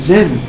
Zen